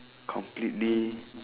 completely